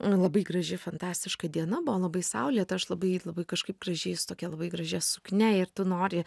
labai graži fantastiška diena buvo labai saulėta aš labai labai kažkaip gražiai su tokia labai gražia suknia ir tu nori